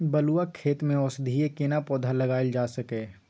बलुआ खेत में औषधीय केना पौधा लगायल जा सकै ये?